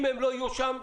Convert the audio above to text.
אם הם לא יהיו שם,